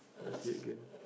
let's see again